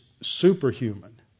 superhuman